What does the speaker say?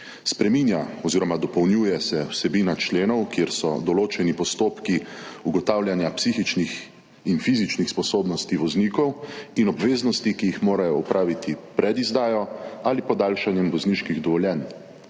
Spreminja oziroma dopolnjuje se vsebina členov, kjer so določeni postopki ugotavljanja psihičnih in fizičnih sposobnosti voznikov in obveznosti, ki jih morajo opraviti pred izdajo ali podaljšanjem vozniških dovoljenj.